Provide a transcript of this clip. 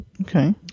Okay